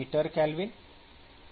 kelvin Wm